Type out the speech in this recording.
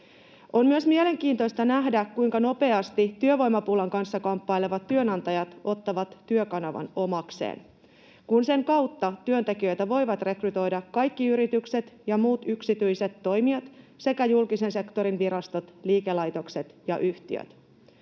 On myös mielenkiintoista nähdä, kuinka nopeasti työvoimapulan kanssa kamppailevat työnantajat ottavat Työkanavan omakseen, kun sen kautta työntekijöitä voivat rekrytoida kaikki yritykset ja muut yksityiset toimijat sekä julkisen sektorin virastot, liikelaitokset ja yhtiöt.